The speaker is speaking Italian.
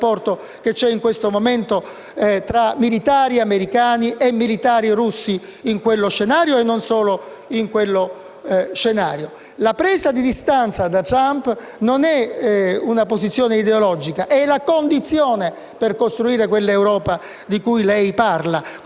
La presa di distanza da Trump non è una posizione ideologica, ma è la condizione per costruire quell'Europa di cui lei parla. Così come un'altra condizione è la fine delle sanzioni contro la Russia, non perché noi accettiamo un regime che è autoritario (democratico,